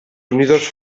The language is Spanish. unidos